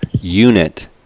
unit